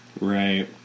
Right